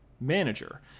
manager